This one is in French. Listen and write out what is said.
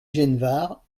genevard